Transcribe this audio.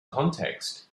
contexts